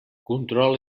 control